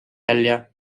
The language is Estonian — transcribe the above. välja